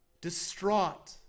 distraught